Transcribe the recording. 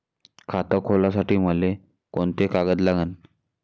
खात खोलासाठी मले कोंते कागद लागन?